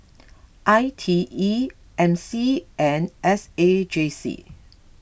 I T E M C and S A J C